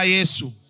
Jesus